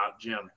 Jim